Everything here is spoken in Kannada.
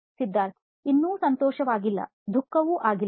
ಸಿದ್ಧಾರ್ಥ್ ಇನ್ನೂ ಸಂತೋಷವಾಗಿಲ್ಲ ದುಃಖವು ಆಗಿಲ್ಲ